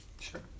Sure